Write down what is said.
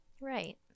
Right